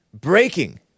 breaking